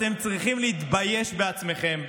אתם צריכים להתבייש בעצמכם.